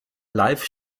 live